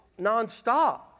nonstop